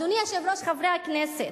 אדוני היושב-ראש, חברי הכנסת,